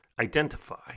identify